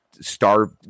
star